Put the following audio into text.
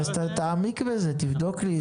אז תעמיק בזה, תבדוק לי את זה.